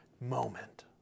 moment